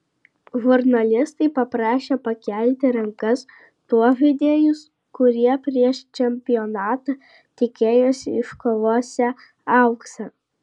žurnalistai paprašė pakelti rankas tuos žaidėjus kurie prieš čempionatą tikėjosi iškovosią auksą